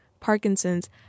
Parkinson's